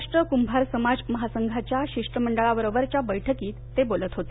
महाराष्ट्र कुंभार समाज महासंघाच्या शिष्टमंडळाबरोबरच्या बस्कीत ते बोलत होते